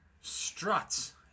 struts